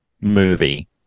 movie